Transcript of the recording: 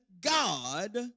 God